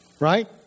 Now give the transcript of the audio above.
Right